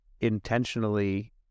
intentionally